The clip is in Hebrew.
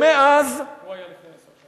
ומאז, הוא היה לפני עשר שנים.